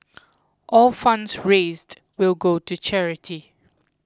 all funds raised will go to charity